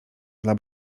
dla